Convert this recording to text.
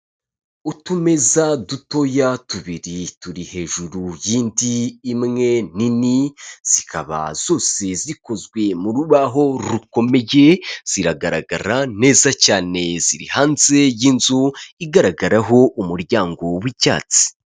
Utumeza dutoya tubiri turi hejuru y'indi imwe nini. Zikaba zose zikozwe mu rubaho rukomeye ziragaragara neza cyane ziri hanze y'inzu igaragaraho umuryango w'icyatsi.